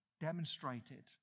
demonstrated